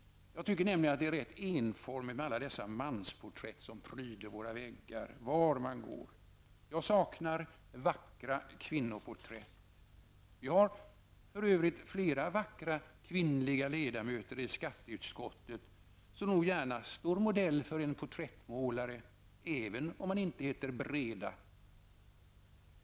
Jag tycker nämligen att det är rätt enformigt med alla dessa mansporträtt som pryder våra väggar, var man än går. Jag saknar vackra kvinnoporträtt. Vi har för övrigt flera vackra kvinnliga ledamöter i skatteutskottet, som nog gärna står modell för en porträttmålare, även om han inte heter Breda.